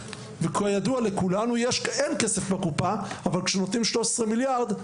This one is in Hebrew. וכידוע לכולנו אין כסף בקופה אבל כשנותנים 13 מיליארד,